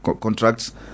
contracts